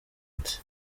ati